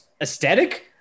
aesthetic